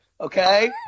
okay